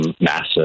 massive